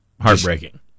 Heartbreaking